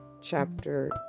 chapter